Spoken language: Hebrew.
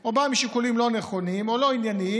או בא משיקולים לא נכונים או לא ענייניים,